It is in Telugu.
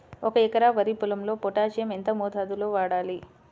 ఒక ఎకరా వరి పొలంలో పోటాషియం ఎంత మోతాదులో వాడాలి?